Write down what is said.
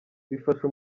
bifasha